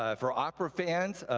ah for opera fans,